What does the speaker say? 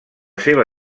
seva